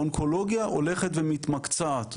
אונקולוגיה הולכת ומתמקצעת,